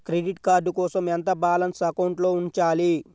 Credit card కోసం ఎంత balance అకౌంట్లో ఉంచాలి?